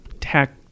tech